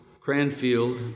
Cranfield